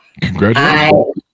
Congratulations